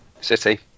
City